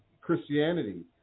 Christianity